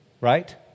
Right